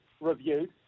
reviewed